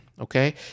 Okay